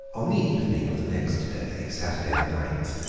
on the evening of the next day, saturday the ninth,